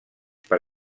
per